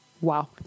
Wow